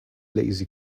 lazy